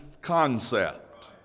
concept